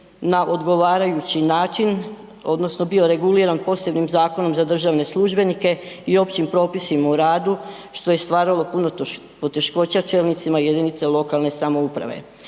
na odgovarajući način odnosno bio reguliran posebnim Zakonom za državne službenike i općim propisima o radu što je stvaralo puno poteškoća čelnicima jedinica lokalne samouprave.